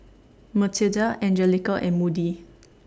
Matilda Angelica and Moody